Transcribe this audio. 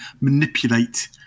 manipulate